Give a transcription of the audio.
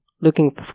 looking